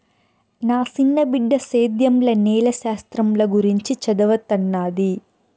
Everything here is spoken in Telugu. నా సిన్న బిడ్డ సేద్యంల నేల శాస్త్రంల గురించి చదవతన్నాది